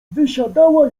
wysiadała